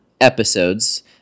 episodes